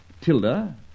Tilda